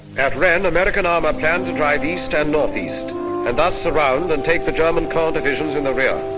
at rennes, american armor planned to drive east and northeast and thus surround and take the german core divisions in the rear.